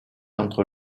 entre